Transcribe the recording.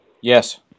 Yes